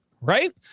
right